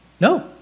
No